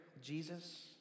Jesus